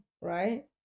Right